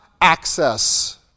access